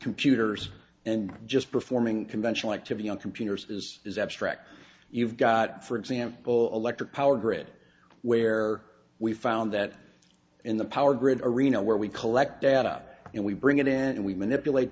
computers and just performing conventional activity on computers as is abstract you've got for example electric power grid where we found that in the power grid arena where we collect data and we bring it in and we manipulate